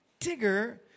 Tigger